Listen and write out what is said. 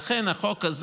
לכן,